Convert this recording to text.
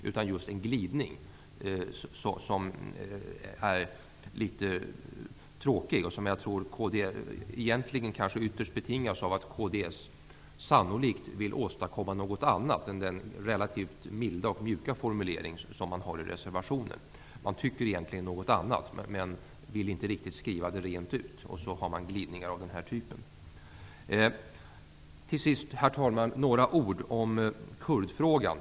Det är en glidning, som är litet tråkig och ytterst betingas av att kds sannolikt vill åstadkomma något annat än den relativt milda, mjuka formulering man har i reservationen. Man tycker egentligen något annat men vill inte skriva det rent ut, och så blir det glidningar av denna typ. Herr talman! Till sist några ord om kurdfrågan.